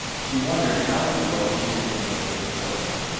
she wondered how in the world she had been able to afford them.